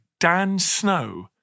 DANSNOW